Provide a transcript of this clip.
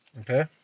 Okay